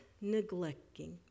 neglecting